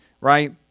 right